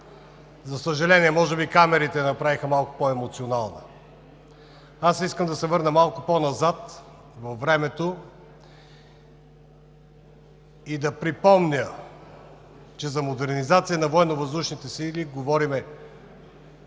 за съжаление, може би камерите я направиха малко по-емоционална. Искам да се върна малко по-назад във времето и да припомня, че за модернизация на Военновъздушните